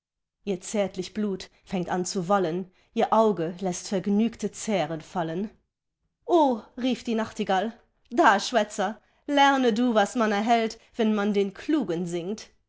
ihr zärtlich blut fängt an zu wallen ihr auge läßt vergnügte zähren fallen o rief die nachtigall da schwätzer lerne du was man erhält wenn man den klugen singt